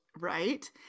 Right